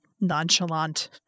nonchalant